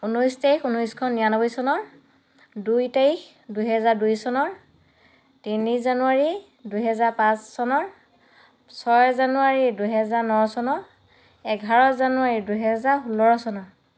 ঊনৈছ তাৰিখ ঊনৈছশ নিৰানব্বৈ চনৰ দুই তাৰিখ দুহেজাৰ দুই চনৰ তিনি জানুৱাৰী দুহেজাৰ পাঁচ চনৰ ছয় জানুৱাৰী দুহেজাৰ ন চনৰ এঘাৰ জানুৱাৰী দুহেজাৰ ষোল্ল চনৰ